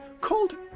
called